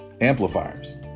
Amplifiers